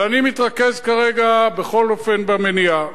אבל אני מתרכז כרגע, בכל אופן, במניעה,